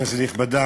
כנסת נכבדה,